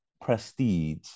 prestige